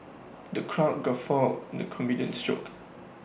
the crowd guffawed the comedian's jokes